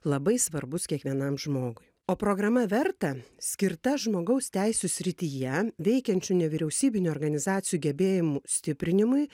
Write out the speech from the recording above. labai svarbus kiekvienam žmogui o programa verta skirta žmogaus teisių srityje veikiančių nevyriausybinių organizacijų gebėjimų stiprinimui